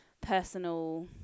personal